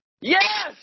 Yes